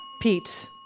Pete